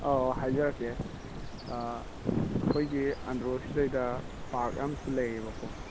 ꯑꯧ ꯍꯥꯏꯖꯔꯛꯀꯦ ꯑꯩꯈꯣꯏꯒꯤ ꯑꯟꯗ꯭ꯔꯣ ꯁꯤꯗꯩꯗ ꯄꯥꯛ ꯑꯃꯁꯨ ꯂꯩꯌꯦꯕꯀꯣ